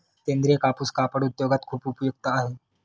सेंद्रीय कापूस कापड उद्योगात खूप उपयुक्त आहे